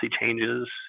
changes